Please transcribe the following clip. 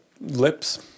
lips